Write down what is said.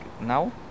now